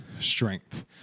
strength